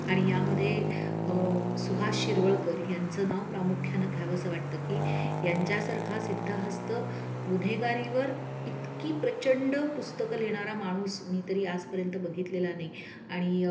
आणि यामध्ये सुहास शिरवळकर ह्यांचं नाव प्रामुख्यानं घ्यावंसं वाटतं की यांच्यासारखा सिद्धहस्त गुन्हेगारीवर इतकी प्रचंड पुस्तकं लिहिणारा माणूस मी तरी आजपर्यंत बघितलेला नाही आणि